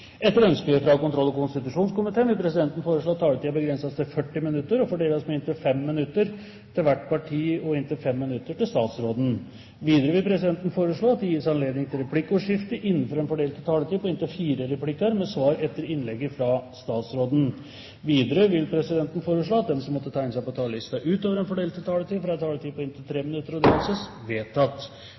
Etter ønske fra kontroll- og konstitusjonskomiteen vil presidenten foreslå at taletiden begrenses til 40 minutter og fordeles med inntil 5 minutter til hvert parti og inntil 5 minutter til statsråden. Videre vil presidenten foreslå at det gis anledning til replikkordskifte på inntil fire replikker med svar etter innlegget fra statsråden innenfor den fordelte taletid. Videre vil presidenten foreslå at de som måtte tegne seg på talerlisten utover den fordelte taletid, får en taletid på inntil 3 minutter. – Det anses vedtatt.